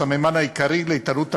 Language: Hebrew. הסממן העיקרי לאיתנות המשק,